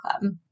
club